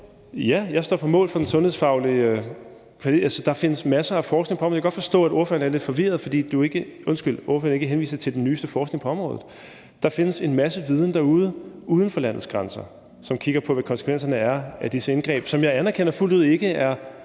Ja, jeg står på mål for det sundhedsfaglige. Der findes masser af forskning på området. Jeg kan godt forstå, at ordføreren er lidt forvirret, for ordføreren henviser ikke til den nyeste forskning på området. Der findes en masse viden derude, uden for landets grænser, som kigger på, hvad konsekvenserne er af disse indgreb, som jeg fuldt ud anerkender